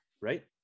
right